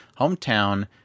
hometown